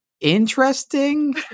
Interesting